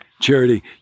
Charity